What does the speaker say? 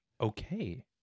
okay